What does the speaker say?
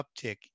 uptick